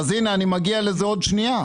אז הנה אני מגיע לזה עוד שנייה.